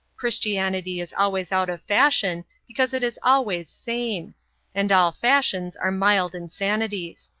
christianity is always out of fashion because it is always sane and all fashions are mild insanities.